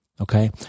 okay